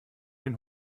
den